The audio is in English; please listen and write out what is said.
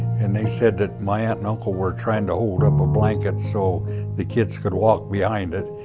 and they said that my aunt and uncle were tryin' to hold up a blanket so the kids could walk behind it,